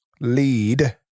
lead